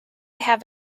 have